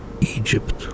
Egypt